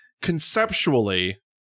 conceptually